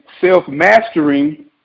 self-mastering